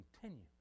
continue